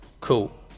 Cool